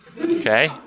Okay